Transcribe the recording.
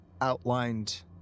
outlined